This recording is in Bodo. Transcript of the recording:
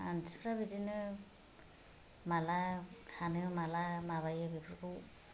मानसिफ्रा बिदिनो माब्ला हानो माब्ला माबायो बेफोरखौ